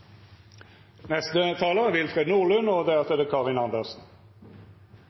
neste talar Willfred Nordlund, og